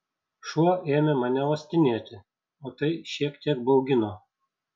šuo ėmė mane uostinėti o tai šiek tiek baugino